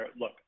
look